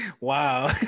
Wow